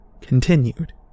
continued